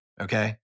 Okay